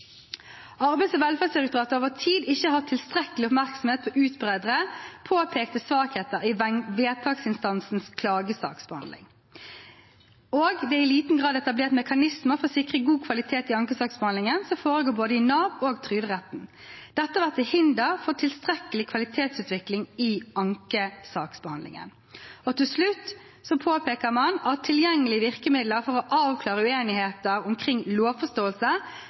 Arbeids- og velferdsdirektoratet har over tid ikke hatt tilstrekkelig oppmerksomhet på å utbedre påpekte svakheter i vedtaksinstansenes klagesaksbehandling. Det er i liten grad etablert mekanismer for å sikre god kvalitet i ankesaksbehandlingen som foregår i både Nav og Trygderetten. Dette har vært til hinder for tilstrekkelig kvalitetsutvikling i ankesaksbehandlingen. Til slutt: Man påpeker at tilgjengelige virkemidler for å avklare uenigheter omkring lovforståelse